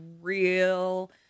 real